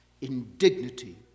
indignity